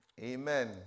Amen